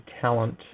talent